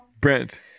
Brent